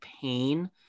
pain